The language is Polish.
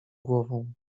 głową